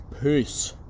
Peace